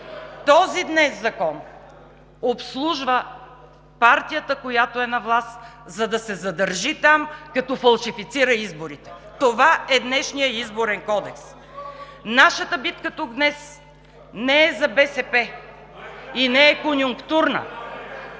Този закон обслужва партията, която е на власт, за да се задържи там, като фалшифицира изборите. Това е днешният Изборен кодекс. Нашата битка днес не е за БСП и не е конюнктурна.